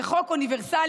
זה חוק אוניברסלי,